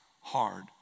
hard